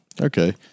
Okay